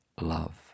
love